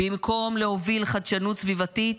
במקום להוביל חדשנות סביבתית,